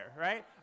right